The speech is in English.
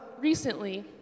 recently